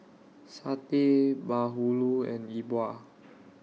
Satay Bahulu and Yi Bua